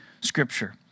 scripture